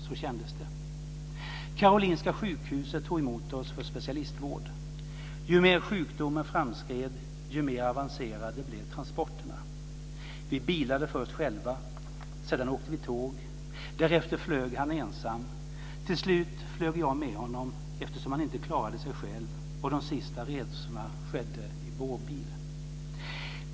Så kändes det. Karolinska Sjukhuset tog emot oss för specialistvård. Ju mer sjukdomen framskred, desto mer avancerade blev transporterna. Vi bilade först själva. Sedan åkte vi tåg. Därefter flög han ensam. Till slut flög jag med honom, eftersom han inte klarade sig själv.